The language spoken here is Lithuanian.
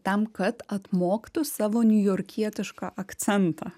tam kad atmoktų savo niujorkietišką akcentą